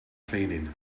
cleaning